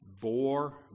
bore